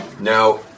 Now